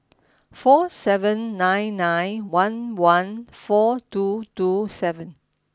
four seven nine nine one one four two two seven